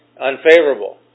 unfavorable